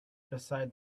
beside